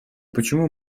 почему